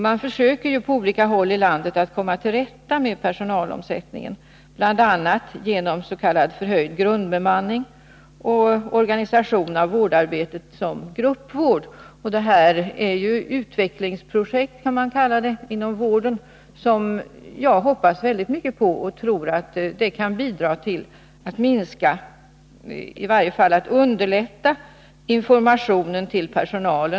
Man försöker på olika håll i landet att komma till rätta med personalomsättningen, bl.a. genom s.k. förhöjd grundbemanning och organisation av vårdarbetet i gruppvård. Detta är utvecklingsprojekt, som man kallar det, inom vården som jag hoppas väldigt mycket på och tror kan bidra till att underlätta informationen till personalen.